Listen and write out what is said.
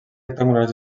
rectangulars